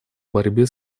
борьбе